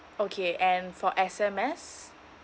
okay and for S_M_S